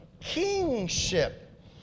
kingship